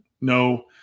no